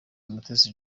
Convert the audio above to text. mutesi